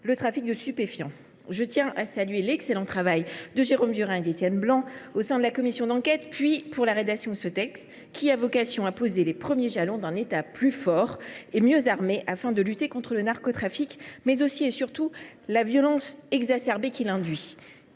le trafic de stupéfiants. Je tiens à saluer l’excellent travail de Jérôme Durain et d’Étienne Blanc au sein de la commission d’enquête, puis dans la rédaction de ce texte. Celui ci a vocation à poser les premiers jalons d’un État plus fort et mieux armé dans la lutte contre le narcotrafic, mais aussi, et surtout, contre la violence exacerbée que celui